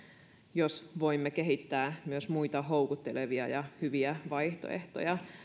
jos voimme kehittää myös muita houkuttelevia ja hyviä vaihtoehtoja